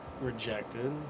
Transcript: rejected